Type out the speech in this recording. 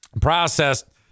processed